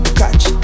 catch